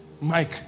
Mike